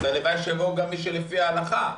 הלוואי שיבואו גם מי שלפי ההלכה.